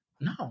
no